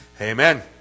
Amen